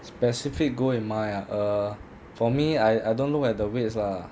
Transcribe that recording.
specific goal in mind ah err for me I I don't look at the weights lah